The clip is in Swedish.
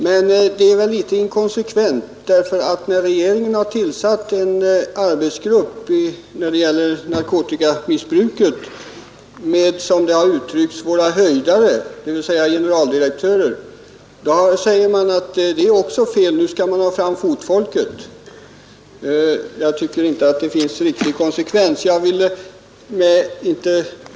Men det är väl litet inkonsekvent, därför att när regeringen har tillsatt en arbetsgrupp i fråga om narkotikamissbruket med, som det har uttryckts, våra höjdare, dvs. generaldirektörer, så säger man att det också är fel och vill ha fram fotfolket. Jag tycker inte att det finns riktig konsekvens i detta.